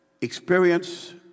experience